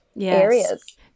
areas